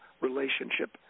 relationship